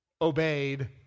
obeyed